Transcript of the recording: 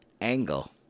Angle